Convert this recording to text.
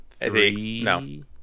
three